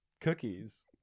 cookies